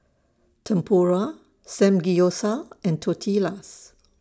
Tempura Samgeyopsal and Tortillas